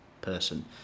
person